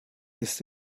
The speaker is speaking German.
ist